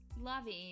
loving